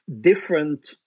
different